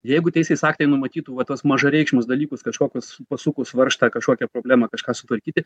jeigu teisės aktai numatytų va tuos mažareikšmius dalykus kažkokius pasukus varžtą kažkokią problemą kažką sutvarkyti